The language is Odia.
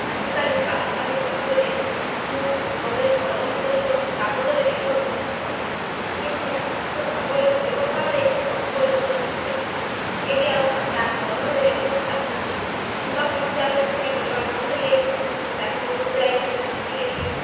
ଆଜିକାଲି ପାରମ୍ପାରିକ ଭାବରେ ମୁଁ ସବୁବେଳେ କଲମ ସହିତ କାଗଜରେ ଲେଖିବାକୁ ପସନ୍ଦ କରୁଥିଲି କିନ୍ତୁ ଏବେ ସମୟର ପରିବର୍ତ୍ତନରେ ସବୁ ପରିବର୍ତ୍ତନ ଘଟିଯାଇଛି କେହି ଆଉ ଖାତା କଲମରେ ଲେଖିବାକୁ ଚାହୁଁ ନାହାନ୍ତି କିମ୍ବା କୌଣସି ଆଗକୁ ଚିଠି ପଠାଇବାକୁ ପଡ଼ୁଥିଲେ ସମସ୍ତେ ଡାକ ଘରକୁ ଯାଇ ସେଠି ଚିଠି ଲେଖି